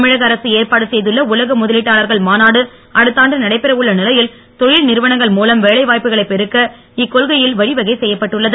தமிழக அரசு ஏற்பாடு செய்துள்ள உலக முதலீட்டாளர்கள் மாநாடு அடுத்தாண்டு நடைபெறவுள்ள உள்ள நிலையில் தொழில் நிறுவனங்கள் மூலம் வேலை வாய்ப்புகளை பெருக்க இக்கொள்கையில் வழிவகை செய்யப்பட்டுள்ளது